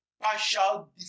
partial